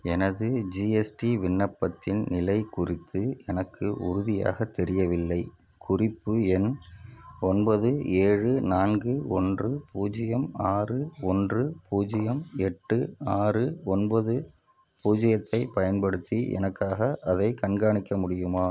எனது ஜிஎஸ்டி விண்ணப்பத்தின் நிலைக் குறித்து எனக்கு உறுதியாக தெரியவில்லை குறிப்பு எண் ஒன்பது ஏழு நான்கு ஒன்று பூஜ்ஜியம் ஆறு ஒன்று பூஜ்ஜியம் எட்டு ஆறு ஒன்பது பூஜ்ஜியத்தைப் பயன்படுத்தி எனக்காக அதைக் கண்காணிக்க முடியுமா